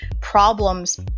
problems